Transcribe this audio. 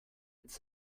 its